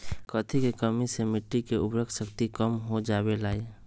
कथी के कमी से मिट्टी के उर्वरक शक्ति कम हो जावेलाई?